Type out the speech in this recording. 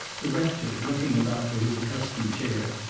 the rector, looking about for his accustomed chair,